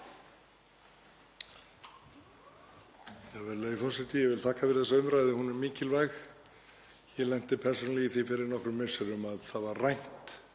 Ég vil þakka fyrir þessa umræðu, hún er mikilvæg. Ég lenti persónulega í því fyrir nokkrum misserum að fornbíl var rænt